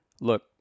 look